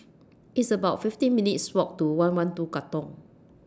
It's about fifteen minutes' Walk to one one two Katong